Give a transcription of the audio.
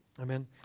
Amen